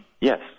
Yes